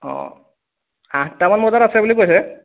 অঁ আঠটামান বজাত আছে বুলি কৈছে